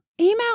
Email